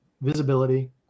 visibility